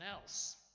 else